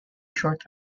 short